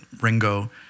Ringo